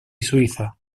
suiza